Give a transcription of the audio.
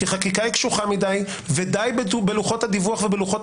כי חקיקה היא קשוחה מדי ודי בלוחות הדיווח ובלוחות